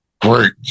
Great